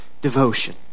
devotion